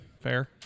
Fair